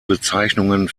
bezeichnungen